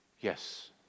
Yes